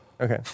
Okay